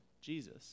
Jesus